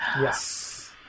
Yes